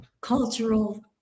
cultural